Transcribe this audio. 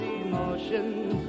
emotions